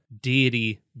deity